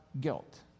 guilt